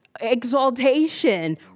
exaltation